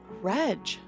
Reg